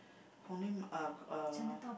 Hong-Lim uh uh